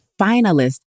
finalist